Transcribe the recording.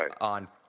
on